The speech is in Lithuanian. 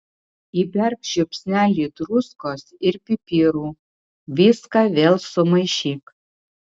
įberk žiupsnelį druskos ir pipirų viską vėl sumaišyk